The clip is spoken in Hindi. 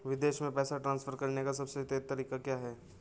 विदेश में पैसा ट्रांसफर करने का सबसे तेज़ तरीका क्या है?